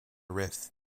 riff